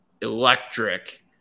electric